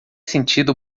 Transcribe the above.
sentido